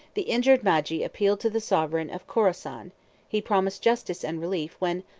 the injured magi appealed to the sovereign of chorasan he promised justice and relief when,